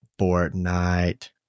Fortnite